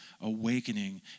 awakening